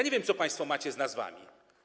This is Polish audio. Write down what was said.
Nie wiem, co państwo macie z nazwami.